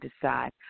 decide